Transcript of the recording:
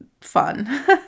fun